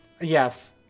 Yes